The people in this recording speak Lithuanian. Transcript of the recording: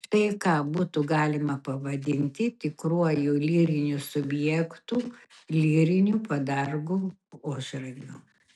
štai ką būtų galima pavadinti tikruoju lyriniu subjektu lyriniu padargu ožragiu